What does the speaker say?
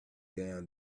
down